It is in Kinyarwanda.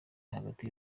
hagati